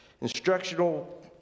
instructional